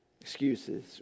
Excuses